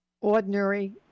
ordinary